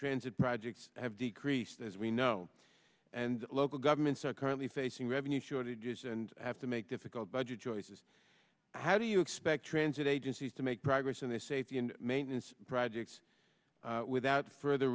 transit projects have decreased as we know and local governments are currently facing revenue shortages and have to make difficult budget choices how do you expect transit agencies to make progress and their safety and maintenance projects without further